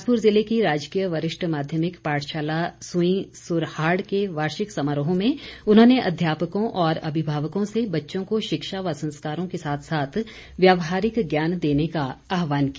बिलासपुर जिले की राजकीय वरिष्ठ माध्यमिक पाठशाला सुईं सुरहाड़ के वार्षिक समारोह में उन्होंने अध्यापकों और अभिभावकों से बच्चों को शिक्षा व संस्कारों के साथ साथ व्यावहारिक ज्ञान देने का आह्वान किया